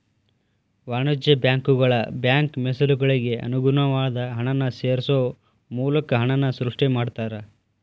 ವಾಣಿಜ್ಯ ಬ್ಯಾಂಕುಗಳ ಬ್ಯಾಂಕ್ ಮೇಸಲುಗಳಿಗೆ ಅನುಗುಣವಾದ ಹಣನ ಸೇರ್ಸೋ ಮೂಲಕ ಹಣನ ಸೃಷ್ಟಿ ಮಾಡ್ತಾರಾ